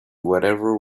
whatever